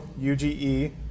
U-G-E